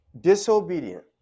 disobedient